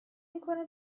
میکنه